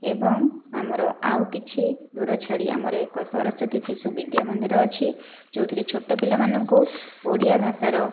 ଏବଂ ଆମର ଆଉ କିଛି ଦୂର ଛାଡ଼ି ଆମର ଏକ ସରସ୍ଵତୀ ଶିଶୁ ବିଦ୍ୟା ମନ୍ଦିର ଅଛି ଯେଉଁଥିରେ ଛୋଟ ପିଲାମାନଙ୍କୁ ଓଡ଼ିଆ ଭାଷାର